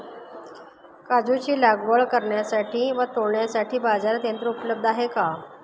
काजूची लागवड करण्यासाठी व तोडण्यासाठी बाजारात यंत्र उपलब्ध आहे का?